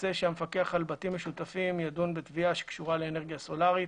ירצה שהמפקח על בתים משותפים ידון בתביעה שקשורה לאנרגיה סולרית.